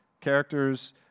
characters